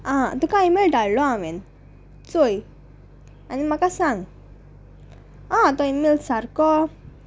आं तुका ईमेल धाडलो हांवें चोय आनी म्हाका सांग आं तो इमेल सारको